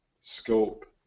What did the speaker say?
scope